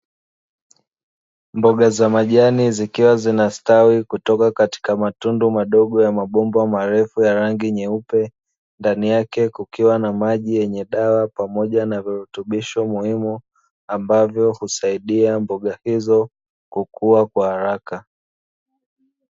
Mboga za majani zikiwa zinastawi kutoka katika matundu madogo ya mabomba marefu ya rangi nyeupe, ndani yake kukiwa na maji yenye dawa pamoja na virutubisho muhimu; ambavyo husaidia mboga hizo kukua kwa haraka.